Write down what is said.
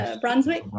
Brunswick